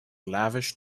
lavish